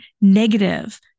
negative